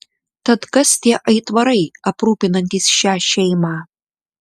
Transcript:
tad kas tie aitvarai aprūpinantys šią šeimą